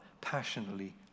passionately